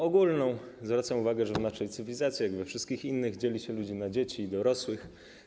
Ogólnie zwracam uwagę na to, że w naszej cywilizacji, tak jak we wszystkich innych, dzieli się ludzi na dzieci i dorosłych.